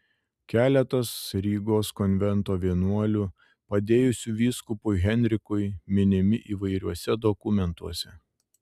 keletas rygos konvento vienuolių padėjusių vyskupui henrikui minimi įvairiuose dokumentuose